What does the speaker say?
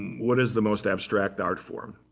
what is the most abstract art form?